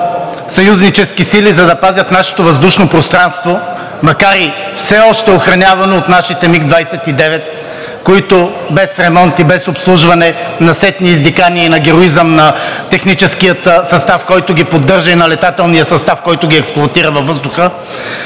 съюзнически сили, за да пазят нашето въздушно пространство, макар и все още охранявано от нашите МиГ-29, които без ремонт и без обслужване на сетни издихания и на героизъм на техническия състав, който ги поддържа, и на летателния състав, който ги експлоатира във въздуха,